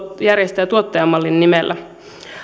järjestäjä tuottaja mallin nimellä